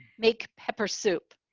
make pepper soup.